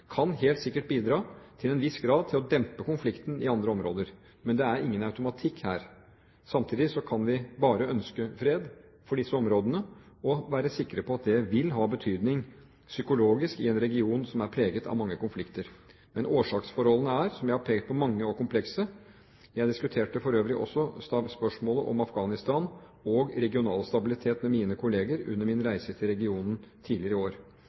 kan helt sikkert bidra til en viss grad til å dempe konflikten i andre områder, men det er ingen automatikk her. Samtidig kan vi bare ønske fred for disse områdene og være sikre på at det vil ha betydning psykologisk i en region som er preget av mange konflikter. Men årsaksforholdene er, som jeg har pekt på, mange og komplekse. Jeg diskuterte for øvrig også spørsmålet om Afghanistan og regional stabilitet med mine kolleger under min reise til regionen tidligere i år.